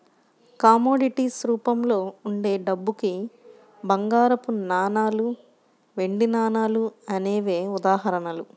commodities రూపంలో ఉండే డబ్బుకి బంగారపు నాణాలు, వెండి నాణాలు అనేవే ఉదాహరణలు